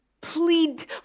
plead